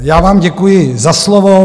Já vám děkuji za slovo.